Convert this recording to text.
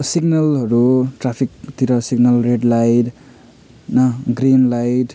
सिग्नलहरू ट्राफिकतिर signal red light न green light